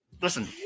listen